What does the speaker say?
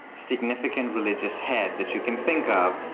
significantly religious head that you can think of,